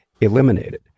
eliminated